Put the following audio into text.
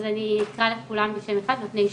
אז אני אקרא לכולם בשם אחד, נותני שירות.